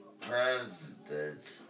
president